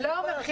לא,